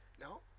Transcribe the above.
No